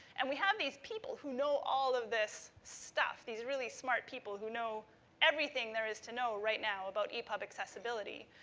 and we have these people who know all of this stuff. these really smart people who know everything there is to know right now about epub accessibility.